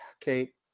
Kate